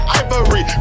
ivory